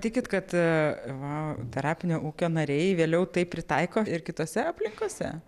tikit kad va terapinio ūkio nariai vėliau tai pritaiko ir kitose aplinkose